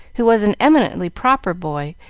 who was an eminently proper boy,